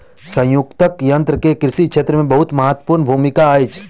संयुक्तक यन्त्र के कृषि क्षेत्र मे बहुत महत्वपूर्ण भूमिका अछि